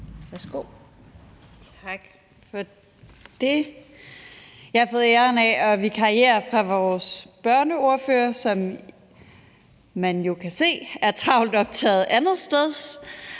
(SF): Tak for det. Jeg har fået æren af at vikariere for vores børneordfører, der, som man jo kan se, er travlt optaget andetsteds.